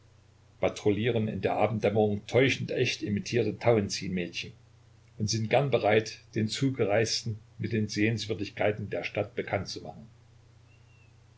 patrouillieren in der abenddämmerung täuschend echt imitierte tauentzien-mädchen und sind gern bereit den zugereisten mit den sehenswürdigkeiten der stadt bekannt zu machen